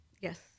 Yes